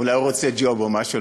אולי הוא רוצה ג'וב או משהו,